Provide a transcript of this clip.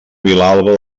vilalba